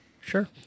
Sure